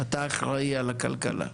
אתה אחראי על הכלכלה.